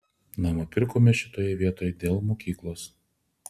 namą pirkome šitoje vietoj dėl mokyklos